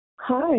Hi